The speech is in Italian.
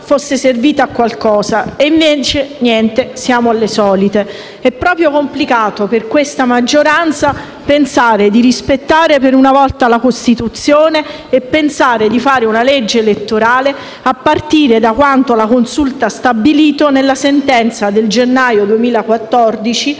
fosse servita a qualcosa e invece niente, siamo alle solite. È proprio complicato per questa maggioranza pensare di rispettare per una volta la Costituzione e di fare una legge elettorale a partire da quanto la Consulta ha stabilito nella sentenza del gennaio 2014,